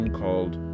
called